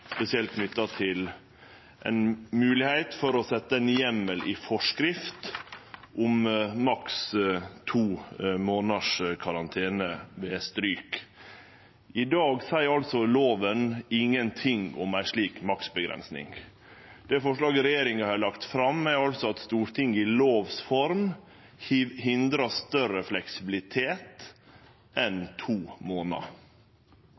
spesielt knytt til moglegheita til å setje ein heimel i forskrift om maksimalt to månaders karantene ved stryk. I dag seier loven ingenting om ei slik maksimal avgrensing. Forslaget regjeringa har lagt fram, er at Stortinget ved lov skal hindre større fleksibilitet enn to månader.